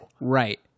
Right